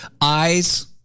eyes